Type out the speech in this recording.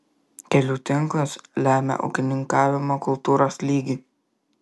kelių tinklas lemia ūkininkavimo kultūros lygį